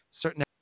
certain